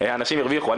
אנשים הרוויחו,